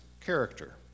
character